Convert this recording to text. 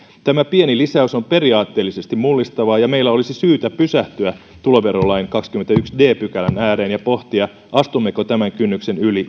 tämä pieni lisäys on periaatteellisesti mullistava meillä olisi syytä pysähtyä tuloverolain kahdennenkymmenennenensimmäisen d pykälän ääreen ja pohtia astummeko tämän kynnyksen yli